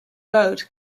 road